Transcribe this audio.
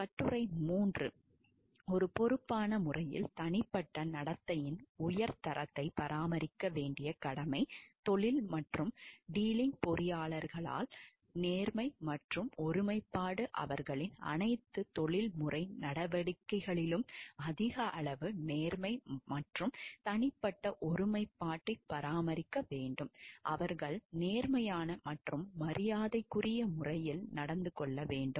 கட்டுரை 3 ஒரு பொறுப்பான முறையில் தனிப்பட்ட நடத்தையின் உயர் தரத்தை பராமரிக்க வேண்டிய கடமை தொழில் மற்றும் டீலிங் பொறியியலாளர்களில் நேர்மை மற்றும் ஒருமைப்பாடு அவர்களின் அனைத்து தொழில்முறை நடவடிக்கைகளிலும் அதிக அளவு நேர்மை மற்றும் தனிப்பட்ட ஒருமைப்பாட்டை பராமரிக்க வேண்டும் அவர்கள் நேர்மையான மற்றும் மரியாதைக்குரிய முறையில் நடந்து கொள்ள வேண்டும்